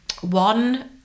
One